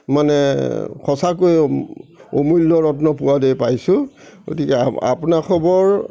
মানে সঁচাকৈয়ে অমূল্য ৰত্ন পোৱা দি পাইছোঁ গতিকে আপোনাসৱৰ